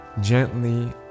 gently